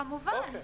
ברור, כמובן,